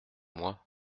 moi